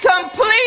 complete